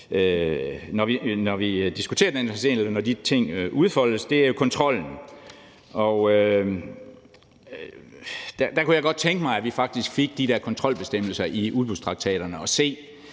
når vi diskuterer den slags ting, og når de ting udfoldes, er kontrollen. Der kunne jeg godt tænke mig, at vi faktisk fik de der kontrolbestemmelser i udbudstraktaterne at se